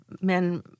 men